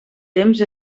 temps